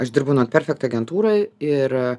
aš dirb nauperček agentūroj ir